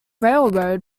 railroad